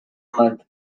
month